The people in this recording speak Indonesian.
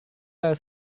baru